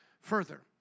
further